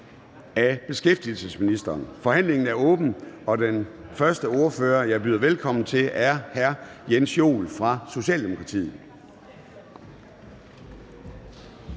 Formanden (Søren Gade): Forhandlingen er åbnet. Den første ordfører, jeg byder velkommen, er hr. Jens Joel fra Socialdemokratiet.